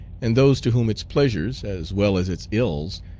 and those to whom its pleasures, as well as its ills,